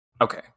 Okay